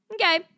okay